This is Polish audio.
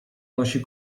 nosi